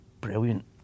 brilliant